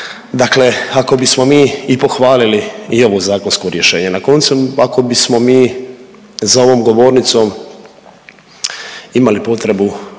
Dakle ako bismo mi i pohvalili i ovo zakonsko rješenje, na koncu ako bismo mi za ovom govornicom imali potrebu